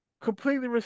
completely